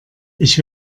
ich